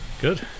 Good